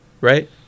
right